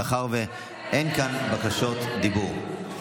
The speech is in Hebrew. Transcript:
מאחר שאין כאן בקשות דיבור.